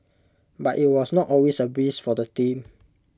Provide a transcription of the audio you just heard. but IT was not always A breeze for the team